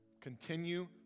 Continue